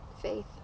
Faith